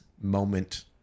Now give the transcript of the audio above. moment